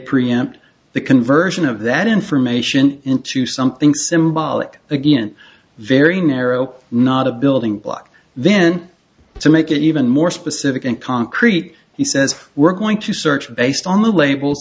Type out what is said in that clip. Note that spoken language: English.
preempt the conversion of that information into something symbolic again very narrow not a building block then to make it even more specific and concrete he says we're going to search based on the label